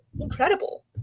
incredible